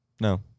No